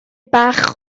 bach